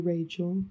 Rachel